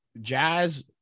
Jazz